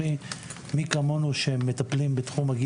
לרבות גני ילדים ומטפלות.